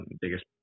biggest